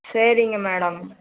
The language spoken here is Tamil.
சரிங்க மேடம்